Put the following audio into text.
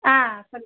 சொல்லுங்கள்